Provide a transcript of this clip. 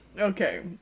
Okay